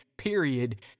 period